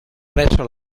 presso